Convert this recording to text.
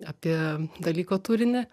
apie dalyko turinį